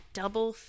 double